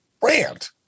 brand